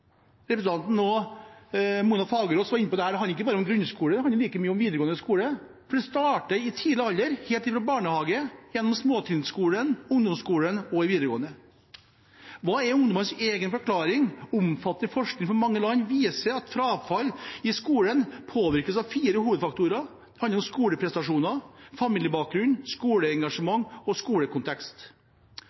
Representanten Mona Fagerås var inne på dette. Det handler ikke bare om grunnskole. Det handler like mye om videregående skole. Det starter i tidlig alder, helt fra barnehagen, småtrinnskolen, ungdomsskolen og videregående skole. Hva er ungdommenes egen forklaring? Omfattende forskning fra mange land viser at frafall i skolen påvirkes av fire hovedfaktorer: Det handler om skoleprestasjoner, familiebakgrunn, skoleengasjement og skolekontekst.